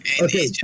Okay